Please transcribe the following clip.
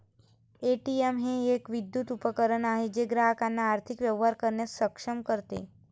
ATM हे एक विद्युत उपकरण आहे जे ग्राहकांना आर्थिक व्यवहार करण्यास सक्षम करते